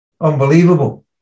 Unbelievable